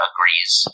Agrees